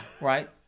Right